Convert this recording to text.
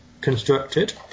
constructed